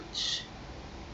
madame tussauds